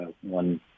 one